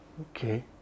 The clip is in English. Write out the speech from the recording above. Okay